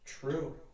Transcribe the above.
True